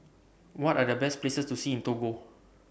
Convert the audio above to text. What Are The Best Places to See in Togo